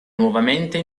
nuovamente